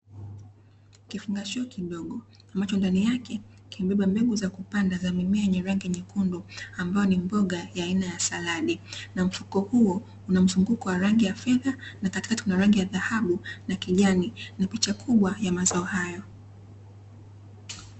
Kifungashio kidogo ambacho ndani yake kimebeba mbegu za kupanda za mimea yenye rangi nyekundu, ambao ni mboga ya aina ya saladi na mfuko huo una mzunguko wa rangi ya fedha na katikati kuna rangi ya dhahabu na kijani na picha kubwa ya mazao hayo.